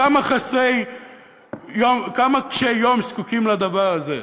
כמה קשי-יום זקוקים לדבר הזה?